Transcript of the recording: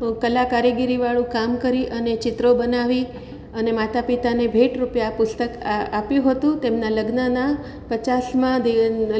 કલા કારીગરીવાળું કામ કરી અને ચિત્રો બનાવી અને માતાપિતાને ભેટરૂપે આ પુસ્તક આપ્યું હતું તેમનાં લગ્નનાં પચાસમા